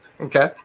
Okay